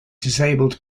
disabled